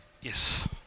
Yes